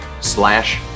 slash